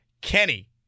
Kenny